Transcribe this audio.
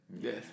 Yes